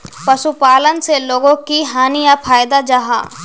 पशुपालन से लोगोक की हानि या फायदा जाहा?